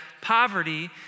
poverty